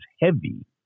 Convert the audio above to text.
heavy